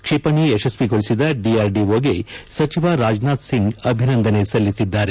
ಕ್ಷಿಪಣಿ ಯಶಸ್ವಿಗೊಳಿಸಿದ ಡಿಆರ್ಡಿಒಗೆ ಸಚಿವ ರಾಜನಾಥ್ ಸಿಂಗ್ ಅಭಿನಂದನೆ ಸಲ್ಲಿಸಿದ್ದಾರೆ